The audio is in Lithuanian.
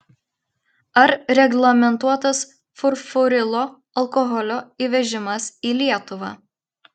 ar reglamentuotas furfurilo alkoholio įvežimas į lietuvą